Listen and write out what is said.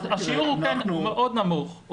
מאוד נמוך.